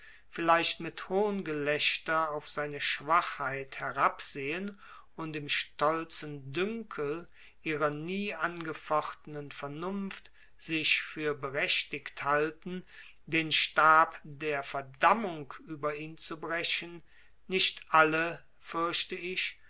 vielleicht mit hohngelächter auf seine schwachheit herabsehen und im stolzen dünkel ihrer nie angefochtenen vernunft sich für berechtigt halten den stab der verdammung über ihn zu brechen nicht alle fürchte ich